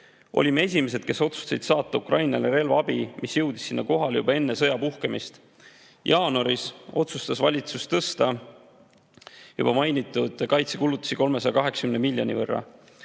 Olime esimesed, kes otsustasid saata Ukrainale relvaabi, mis jõudis sinna kohale juba enne sõja puhkemist. Jaanuaris otsustas valitsus suurendada kaitsekulutusi juba mainitud 380 miljoni võrra.